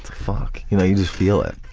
fuck? you know you just feel it.